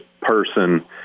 person